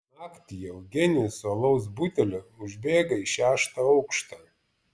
naktį eugenijus su alaus buteliu užbėga į šeštą aukštą